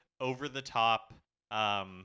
over-the-top